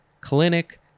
clinic